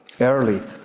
early